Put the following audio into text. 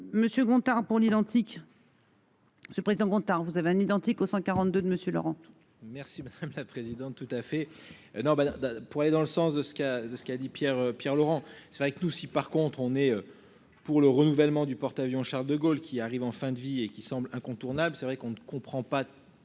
Monsieur Gontard pour l'identique. Ce président Gontard. Vous avez un identique au 142 de monsieur Laurent. Merci madame le président tout à fait. Non ben pour aller dans le sens de ce cas a, de ce qu'a dit Pierre Pierre Laurent. C'est vrai que nous si par contre on est. Pour le renouvellement du porte-avions Charles-de-Gaulle qui arrive en fin de vie et qui semble incontournable. C'est vrai qu'on ne comprend pas